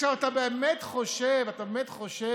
אתה באמת חושב